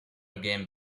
again